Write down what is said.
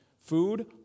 food